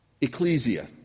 ecclesia